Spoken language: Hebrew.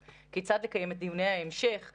כאנשים הוא ייספר פעם אחת,